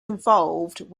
involved